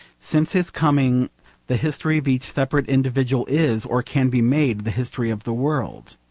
since his coming the history of each separate individual is, or can be made, the history of the world.